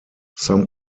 some